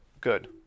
Good